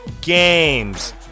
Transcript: games